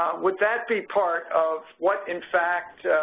would that be part of what in fact